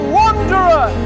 wanderer